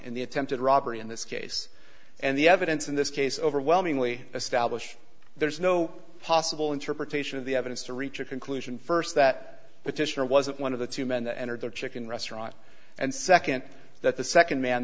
and the attempted robbery in this case and the evidence in this case overwhelmingly establish there's no possible interpretation of the evidence to reach a conclusion first that petitioner wasn't one of the two men entered their chicken restaurant and second that the second man